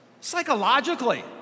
psychologically